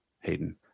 Hayden